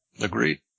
Agreed